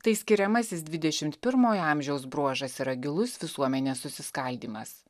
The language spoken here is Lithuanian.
tai skiriamasis dvidešimt pirmojo amžiaus bruožas yra gilus visuomenės susiskaldymas